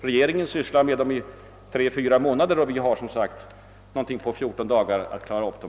Regeringen sysslar med dem tre till fyra månader, medan vi har ungefär 14 dagar på oss att klara upp dem.